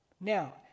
now